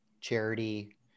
Charity